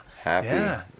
happy